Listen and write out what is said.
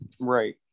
right